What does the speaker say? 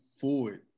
forward